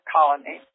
Colony